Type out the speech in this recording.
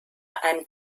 einem